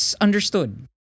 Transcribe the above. understood